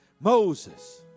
Moses